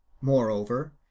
Moreover